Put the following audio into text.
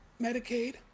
Medicaid